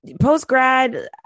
post-grad